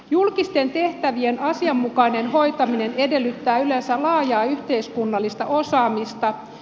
julkisten tehtävien asianmukainen hoitaminen edellyttää yleensä laajaa yhteiskunnallista osaamista